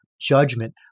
judgment